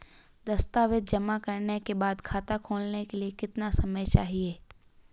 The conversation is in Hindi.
दस्तावेज़ जमा करने के बाद खाता खोलने के लिए कितना समय चाहिए?